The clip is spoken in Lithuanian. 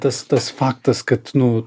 tas tas faktas kad nu